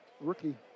rookie